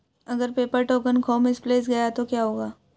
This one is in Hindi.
अगर पेपर टोकन खो मिसप्लेस्ड गया तो क्या होगा?